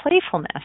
playfulness